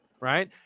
Right